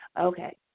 Okay